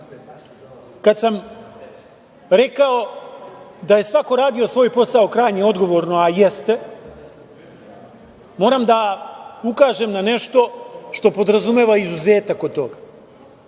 sam rekao da je svako radio svoj posao krajnje odgovorno, a jeste, moram da ukažem na nešto što podrazumeva izuzetak od toga.